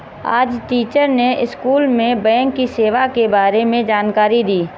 आज टीचर ने स्कूल में बैंक की सेवा के बारे में जानकारी दी